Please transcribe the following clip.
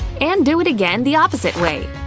and do it again the opposite way.